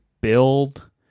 build